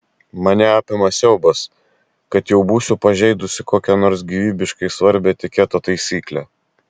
mane apima siaubas kad jau būsiu pažeidusi kokią nors gyvybiškai svarbią etiketo taisyklę